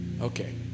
okay